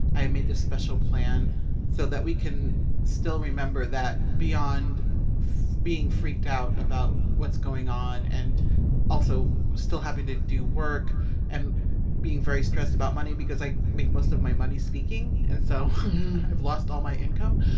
i made this special plan so that we can still remember that beyond being freaked out about what's going on and also still having to do work and being very stressed about money because i make most of my money speaking. and so i've lost all my income.